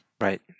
Right